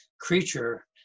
creature